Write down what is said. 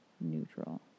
neutral